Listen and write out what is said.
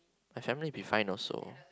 my family be fine also